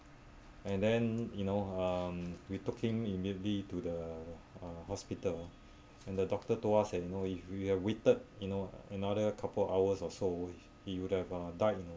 and then you know um we took him immediately to the uh hospital and the doctor told us and you know if we have waited you know another couple of hours or so he would have uh died you know